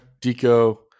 deco